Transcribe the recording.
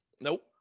Nope